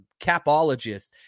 capologist